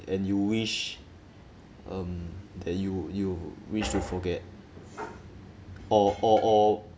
and you wish um that you you wish to forget or or or